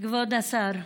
כבוד השר,